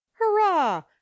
Hurrah